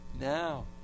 now